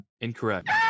Incorrect